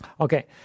Okay